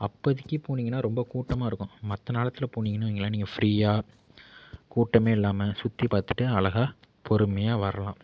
அப்போதிக்கி போனிங்கனா ரொம்ப கூட்டமாயிருக்கும் மற்ற நேரத்தில் போனீங்கனு வையுங்களேன் நீங்க ஃப்ரீயாக கூட்டமே இல்லாமல் சுற்றிப் பார்த்துட்டு அழகாக பொறுமையாக வரலாம்